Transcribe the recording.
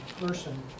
person